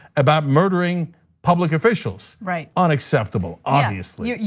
about murdering public officials. right. unacceptable, obviously. ah yeah